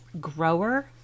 grower